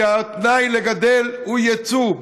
כי התנאי לגדל הוא יצוא,